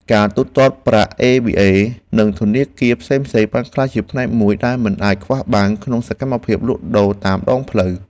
ប្រព័ន្ធទូទាត់ប្រាក់អេប៊ីអេ និងធនាគារផ្សេងៗបានក្លាយជាផ្នែកមួយដែលមិនអាចខ្វះបានក្នុងសកម្មភាពលក់ដូរតាមដងផ្លូវ។